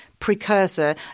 precursor